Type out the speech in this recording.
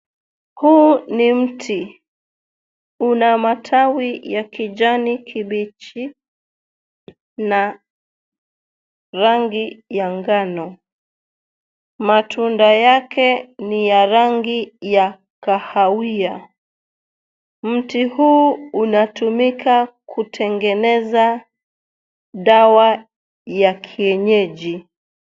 Huu ni mti . Una matawi ya kijani kibichi na rangi ya ngano. Matunda yake ni ya rangi ya kahawia. Mti huu unatumika kutengeneza dawa ya kiyenyeji.